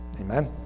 amen